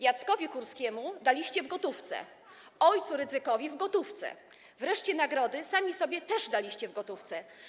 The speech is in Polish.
Jackowi Kurskiemu daliście w gotówce, ojcu Rydzykowi - w gotówce, wreszcie nagrody sami sobie też daliście w gotówce.